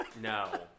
No